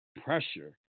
pressure